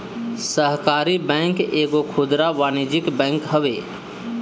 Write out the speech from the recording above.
सहकारी बैंक एगो खुदरा वाणिज्यिक बैंक हवे